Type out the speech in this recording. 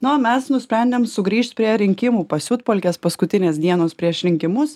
na o mes nusprendėm sugrįžt prie rinkimų pasiutpolkės paskutinės dienos prieš rinkimus